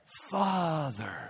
Father